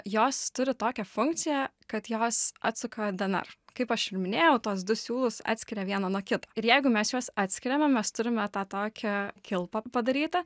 jos turi tokią funkciją kad jos atsuka dnr kaip aš ir minėjau tuos du siūlus atskiria vieną nuo kito ir jeigu mes juos atskiriame mes turime tą tokią kilpą padarytą